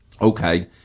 okay